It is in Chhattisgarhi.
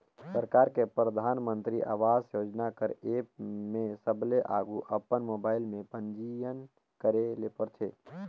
सरकार के परधानमंतरी आवास योजना कर एप में सबले आघु अपन मोबाइल में पंजीयन करे ले परथे